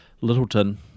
Littleton